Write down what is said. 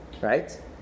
right